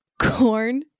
Corn